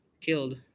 killed